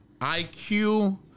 IQ